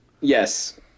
Yes